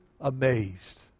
amazed